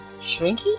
Shrinky